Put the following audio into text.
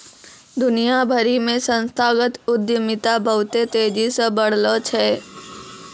दुनिया भरि मे संस्थागत उद्यमिता बहुते तेजी से बढ़लो छै